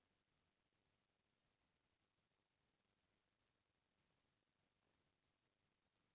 कोनो भी किसम के गलत लेन देन ह आडिट होए ले पता चलथे